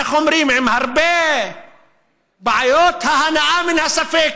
איך אומרים, עם הרבה בעיות, ההנאה מן הספק,